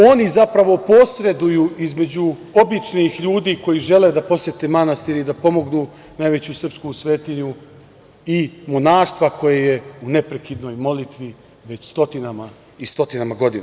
Oni zapravo posreduju između običnih ljudi koji žele da posete manastir i da pomognu najveću srpsku svetinju i monaštvo koje je u neprekidnoj molitvi već stotinama i stotinama godina.